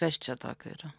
kas čia tokio yra